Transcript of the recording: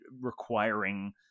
requiring